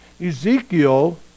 Ezekiel